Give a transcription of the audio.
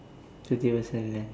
today also learn